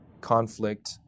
conflict